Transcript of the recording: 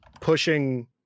pushing